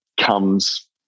comes